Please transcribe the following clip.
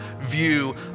view